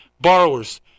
Borrowers